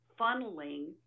funneling